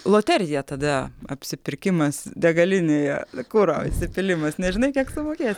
loterija tada apsipirkimas degalinėje kuro įsipylimas nežinai kiek sumokės